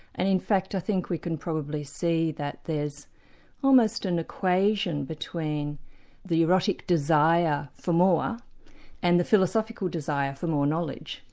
and in fact i think we can probably see that there's almost an equation between the erotic desire for more and the philosophical desire for more knowledge,